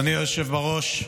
אדוני היושב בראש,